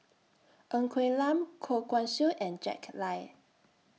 Ng Quee Lam Goh Guan Siew and Jack Lai